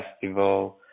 Festival